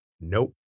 Nope